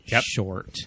short